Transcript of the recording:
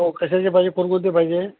हो कशाचे पाहिजे कोण कोणते पाहिजे